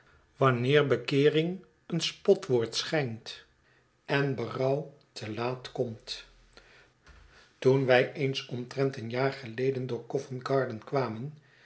wanneer bekeering een spotwoord sehijnt en berouw te laat komt toen wij eens omtrent een jaar geleden door go vent garden kwamen